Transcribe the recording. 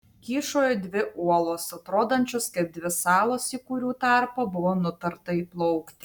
kyšojo dvi uolos atrodančios kaip dvi salos į kurių tarpą buvo nutarta įplaukti